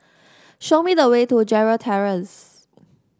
show me the way to Gerald Terrace